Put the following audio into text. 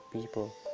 people